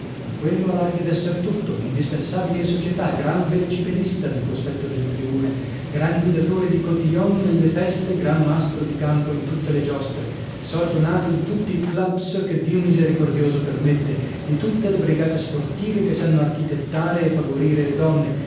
ma quello ha l'aria d'esser tutto indispensabile in società gran velocipedista nel cospetto delle tribune gran guidatore di cotillons nelle feste gran mastro di campo in tutte le giostre socio nato di tutti i clubs che dio misericordioso permette di tutte le brigate sportive che sanno architettare e favorire le donne